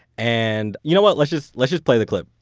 and, you know what? let's just let's just play the clip.